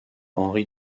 henri